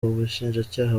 ubushinjacyaha